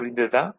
புரிந்ததா